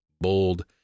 bold